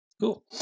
Cool